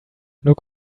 look